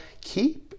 keep